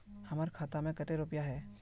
हमर खाता में केते रुपया है?